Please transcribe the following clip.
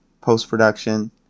post-production